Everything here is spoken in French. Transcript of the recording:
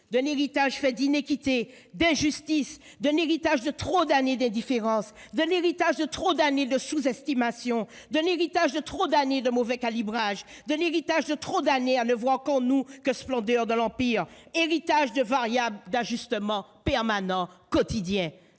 héritage fait d'iniquité et d'injustices, héritage de trop d'années d'indifférence, héritage de trop d'années de sous-estimation, héritage de trop d'années de mauvais calibrage, héritage de trop d'années à ne voir en nous que splendeur de l'empire, héritage de variables d'ajustements permanentes et quotidiennes.